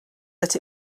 that